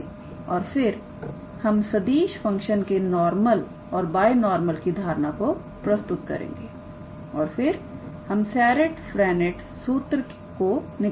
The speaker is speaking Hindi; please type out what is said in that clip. और फिर हम सदिश फंक्शन के नॉर्मल और बायनॉर्मल की धारणा को प्रस्तुत करेंगे और फिर हम सेरिट फ्रेंनेट सूत्र को निकालेंगे